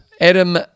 Adam